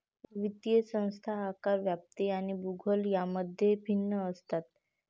वित्तीय संस्था आकार, व्याप्ती आणि भूगोल यांमध्ये भिन्न असतात